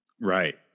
right